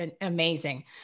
amazing